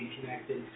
connected